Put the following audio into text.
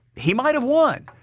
he might have won.